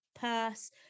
purse